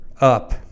up